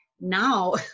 Now